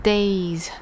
Days